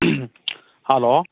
hello